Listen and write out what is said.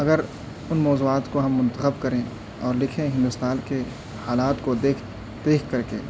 اگر ان موضوعات کو ہم منتخب کریں اور لکھیں ہندوستان کے حالات کو دیکھ دیکھ کر کے